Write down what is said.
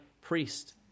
priest